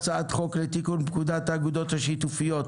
והצעת חוק לתיקון פקודת האגודות השיתופיות